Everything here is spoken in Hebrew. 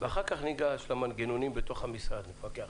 אחר כך ניגש למנגנונים במשרד לפקח